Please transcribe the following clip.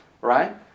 right